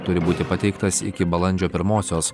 turi būti pateiktas iki balandžio pirmosios